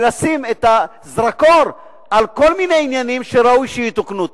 ונכוון את הזרקור לכל מיני עניינים שראוי שיתוקנו.